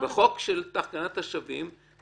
בחוק של תקנת השבים.